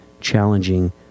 challenging